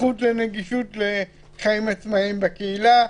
הזכות לנגישות לחיים עצמאיים בקהילה,